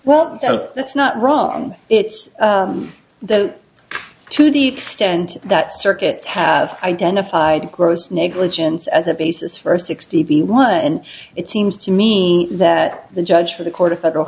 well that's not wrong it's the to the extent that circuits have identified gross negligence as a basis for sixty one and it seems to me that the judge for the court of federal